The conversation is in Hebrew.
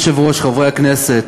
אדוני היושב-ראש, חברי הכנסת,